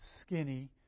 skinny